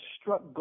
struck